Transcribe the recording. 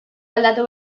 aldatu